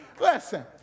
Listen